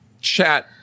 chat